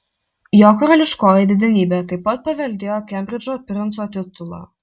jo karališkoji didenybė taip pat paveldėjo kembridžo princo titulą